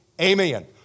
Amen